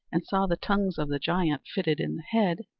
and saw the tongues of the giant fitted in the head,